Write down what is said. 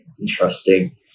interesting